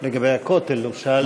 לגבי הכותל, אדוני היושב-ראש.